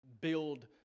build